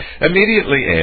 immediately